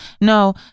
no